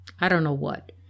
I-don't-know-what